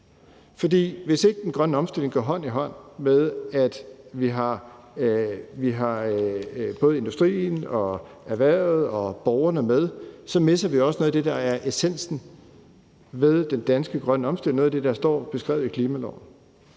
hvis ikke den grønne omstilling går hånd i hånd med, at vi har industrien, erhvervet og borgerne med, misser vi også noget af det, der er essensen ved den danske grønne omstilling, noget af det, der står beskrevet i klimaloven.